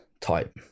type